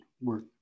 work